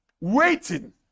waiting